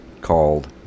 called